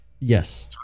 Yes